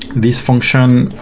this function,